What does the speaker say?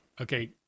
okay